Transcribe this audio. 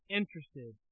interested